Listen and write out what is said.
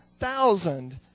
thousand